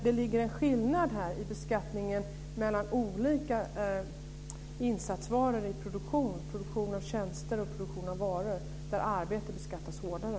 Det ligger en skillnad i beskattningen mellan olika insatsvaror i produktionen av tjänster och produktionen av varor där arbete beskattas hårdare.